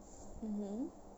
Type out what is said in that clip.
mmhmm